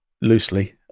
loosely